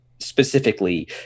specifically